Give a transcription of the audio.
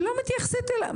לא מתייחסים אליו.